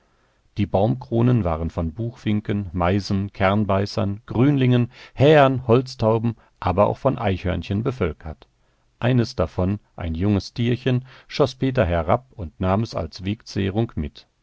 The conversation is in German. die baumkronen waren von buchfinken meisen kernbeißern grünlingen hähern holztauben aber auch von eichhörnchen bevölkert eines davon ein junges tierchen schoß peter herab und nahm es als wegzehrung mit